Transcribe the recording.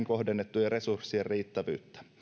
kohdennettujen resurssien riittävyyttä